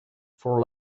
for